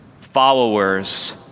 followers